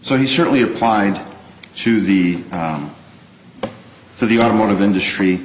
so he certainly applied to the for the automotive industry